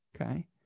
Okay